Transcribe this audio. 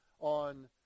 on